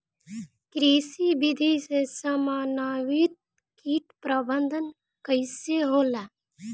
कृषि विधि से समन्वित कीट प्रबंधन कइसे होला?